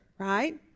right